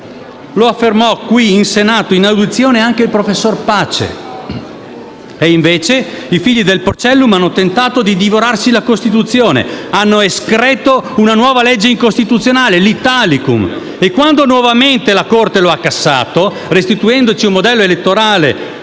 Lo affermò qui in Senato, in audizione, anche il professor Pace. Invece, i figli del Porcellum che hanno tentato di divorarsi la Costituzione, hanno escreto una nuova legge incostituzionale: l'Italicum. Quando, poi, nuovamente, la Corte lo ha cassato, restituendoci un modello elettorale